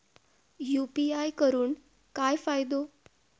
UPI करून काय फायदो?